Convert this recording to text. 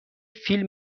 فیلم